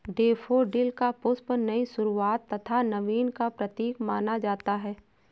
daffodil का पुष्प नई शुरुआत तथा नवीन का प्रतीक माना जाता है